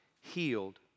healed